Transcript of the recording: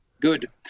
good